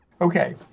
Okay